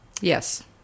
Yes